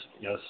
yes